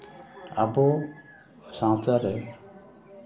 ᱟᱵᱚ ᱥᱟᱶᱛᱟ ᱨᱮ